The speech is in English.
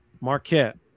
Marquette